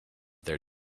their